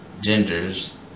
genders